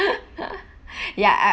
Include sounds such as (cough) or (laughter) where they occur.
(laughs) ya I